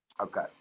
Okay